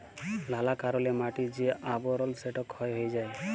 লালা কারলে মাটির যে আবরল সেট ক্ষয় হঁয়ে যায়